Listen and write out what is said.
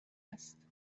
هست